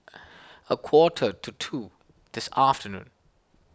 a quarter to two this afternoon